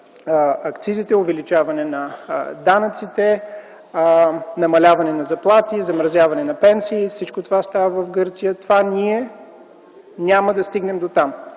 акцизите, данъците, намаляване на заплати, замразяване на пенсии – всичко това става в Гърция. Ние няма да стигнем дотам!